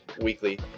weekly